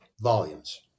volumes